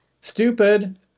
stupid